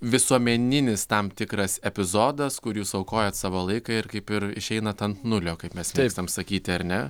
visuomeninis tam tikras epizodas kur jūs aukojat savo laiką ir kaip ir išeinata ant nulio kaip mes mėgstam sakyti ar ne